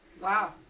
wow